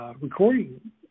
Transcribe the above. Recording